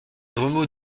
remous